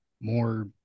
more